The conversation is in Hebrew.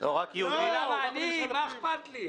התקציב משמש בראשונה להמשך של תוכנית מיגון הצפון,